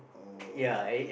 one boy one girl ah